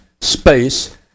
space